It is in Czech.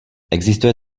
existuje